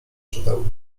czytał